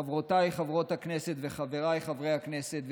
חברותיי חברות הכנסת וחבריי חברי הכנסת,